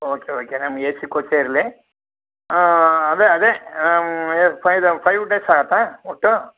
okay okay ನಮ್ಗ AC ಕೋಚೇ ಇರಲಿ ಅದೆ ಅದೆ ಈ ಫೈಯ್ದ್ ಫೈವ್ ಡೇಸ್ ಆಗತ್ತಾ ಒಟ್ಟು